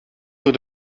voor